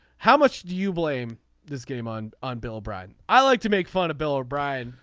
how much do you blame this game on. on bill o'brien i'd like to make fun of bill o'brien.